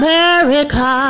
America